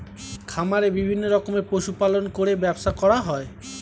খামারে বিভিন্ন রকমের পশু পালন করে ব্যবসা করা হয়